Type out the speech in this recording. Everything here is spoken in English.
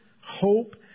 hope